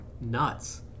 nuts